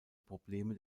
probleme